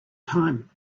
time